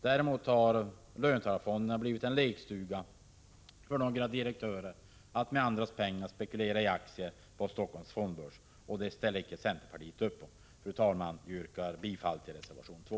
Däremot har löntagarfonderna blivit en lekstuga för några direktörer, som med andras pengar kan spekulera i aktier på Helsingforss fondbörs, och någonting sådant ställer vi i centerpartiet icke upp på. Fru talman! Jag yrkar bifall till reservation 2.